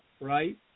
right